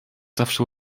zawsze